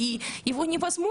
אי אפשר,